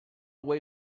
away